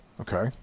Okay